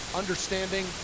understanding